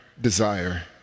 desire